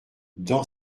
dans